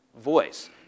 voice